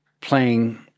playing